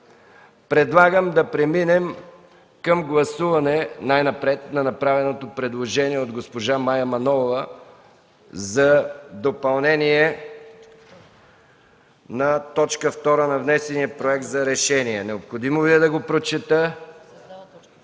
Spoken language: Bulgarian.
Предлагам да преминем към гласуване най-напред на направеното предложение от госпожа Мая Манолова за допълнение на т. 2 на внесения Проект за решение. Необходимо ли е да го прочета?